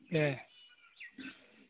दे